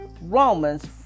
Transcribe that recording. Romans